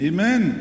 Amen